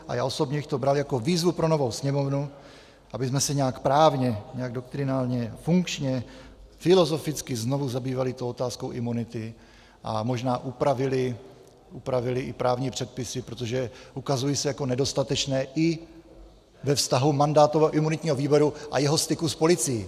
A já osobně bych to bral jako výzvu pro novou Sněmovnu, abychom se nějak právně, nějak doktrinálně, funkčně, filozoficky znovu zabývali otázkou imunity a možná upravili i právní předpisy, protože ukazují se jako nedostatečné i ve vztahu mandátového a imunitního výboru a jeho styku s policií.